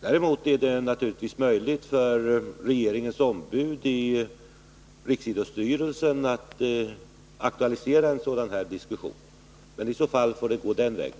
Däremot är det naturligtvis möjligt för regeringens ombud i riksidrottsstyrelsen att aktualisera en sådan här diskussion. I så fall får ärendet gå den vägen.